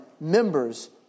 members